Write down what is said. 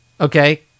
okay